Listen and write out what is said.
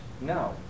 No